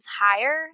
higher